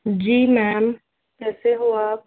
जी ma'am कैसे हो आप